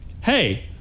hey